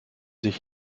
sich